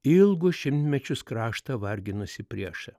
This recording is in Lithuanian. ilgus šimtmečius kraštą varginusį priešą